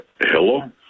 Hello